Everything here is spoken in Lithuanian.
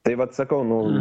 tai vat sakau nu